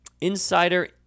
Insider